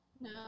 No